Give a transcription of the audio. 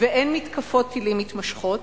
ואין מתקפות טילים מתמשכות